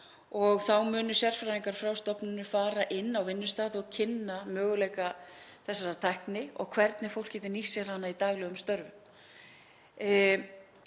og þá munu sérfræðingar frá stofnuninni fara inn á vinnustaði og kynna möguleika þessarar tækni og hvernig fólk geti nýtt sér hana í daglegum störfum.